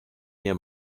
nie